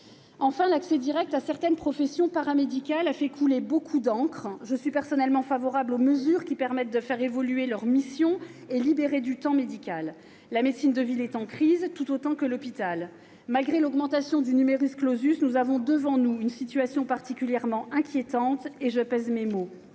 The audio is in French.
Enfin, l'accès direct à certaines professions paramédicales a fait couler beaucoup d'encre. Je suis personnellement favorable aux mesures qui permettent de faire évoluer leurs missions et de libérer du temps médical. La médecine de ville est en crise, tout autant que l'hôpital. Malgré l'augmentation du nous avons devant nous une situation particulièrement inquiétante, et je pèse mes mots.